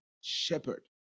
shepherd